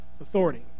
authority